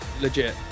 Legit